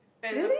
really